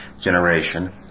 generation